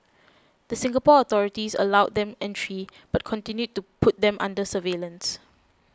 the Singapore authorities allowed them entry but continued to put them under surveillance